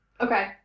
Okay